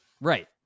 Right